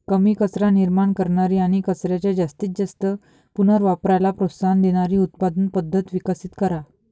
कमी कचरा निर्माण करणारी आणि कचऱ्याच्या जास्तीत जास्त पुनर्वापराला प्रोत्साहन देणारी उत्पादन पद्धत विकसित करा